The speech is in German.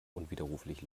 unwiderruflich